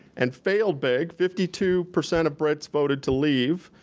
and failed big. fifty two percent of brits voted to leave,